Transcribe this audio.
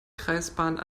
kreisbahnen